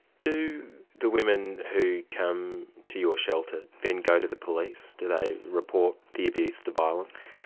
do the women who come to your shelter then go to the police? do they report the abuse, the violence?